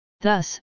Thus